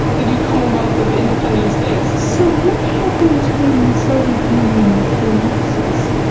the new commonwealth of independent states. so what happens when the soviet union collapses?